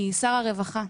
שר הרווחה,